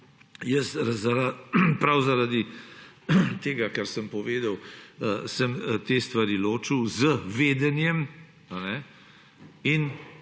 Prav zaradi tega kar sem povedal, sem te stvari ločil z vedenjem in